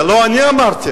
זה לא אני אמרתי,